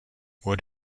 would